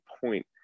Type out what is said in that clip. point